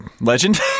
Legend